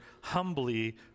humbly